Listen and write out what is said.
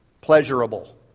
Pleasurable